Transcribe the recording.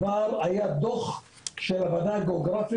היה כבר דוח של הוועדה הגיאוגרפית